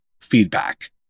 feedback